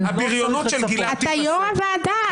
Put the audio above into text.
אתה יו"ר הוועדה.